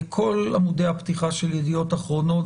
כל עמודי הפתיחה של ידיעות אחרונות,